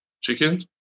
chicken